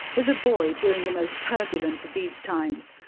as a boy during the most turbulent of these times,